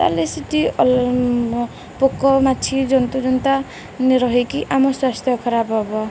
ତାହେଲେ ସେଠି ପୋକ ମାଛି ଜନ୍ତୁଜତା ରହିକି ଆମ ସ୍ୱାସ୍ଥ୍ୟ ଖରାପ ହବ